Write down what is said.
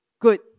good